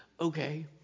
Okay